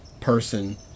person